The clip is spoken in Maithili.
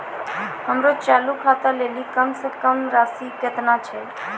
हमरो चालू खाता लेली कम से कम राशि केतना छै?